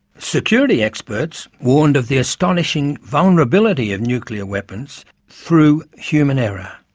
security experts warned of the astonishing vulnerability of nuclear weapons through human error.